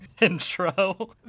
intro